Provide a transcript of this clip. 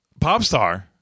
Popstar